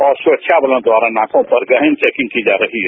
और सुरक्षा बलों द्वारा नाकों पर गहन चौकिंग की जा रही है